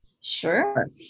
Sure